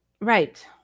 Right